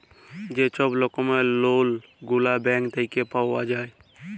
যে ছব রকমের লল গুলা ব্যাংক থ্যাইকে পাউয়া যায়